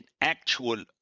actual